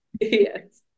Yes